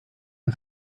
een